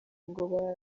ngo